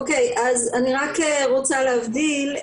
אני רק רוצה להבדיל,